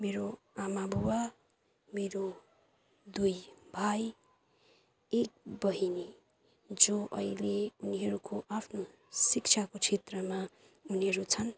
मेरो आमा बुवा मेरो दुई भाइ एक बहिनी जो अहिले उनीहरूको आफ्नो शिक्षाको क्षेत्रमा उनीहरू छन्